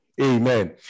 Amen